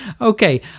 Okay